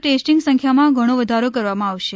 testing સંખ્યામાં ઘણો વધારો કરવામાં આવશે